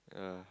yeah